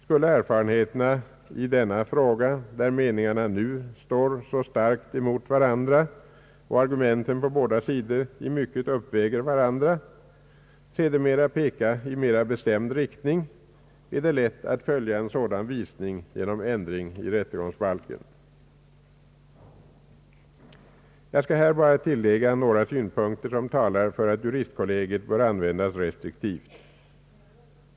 Skulle erfarenheterna i denna fråga, där meningarna nu bryts så starkt emot varandra och där argumenten på båda sidor i mycket uppväger varandra, sedermera peka i mera bestämd riktning, är det lätt att följa en sådan hänvisning genom ändring i rättegångsbalken. Jag skall här bara tillägga några synpunkter som talar för att juristkollegiet bör användas restriktivt.